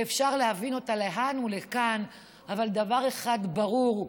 שאפשר להבין אותה לכאן ולכאן, דבר אחד ברור,